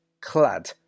clad